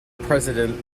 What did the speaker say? president